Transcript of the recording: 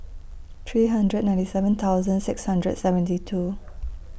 three hundred ninety seven thousand six hundred seventy two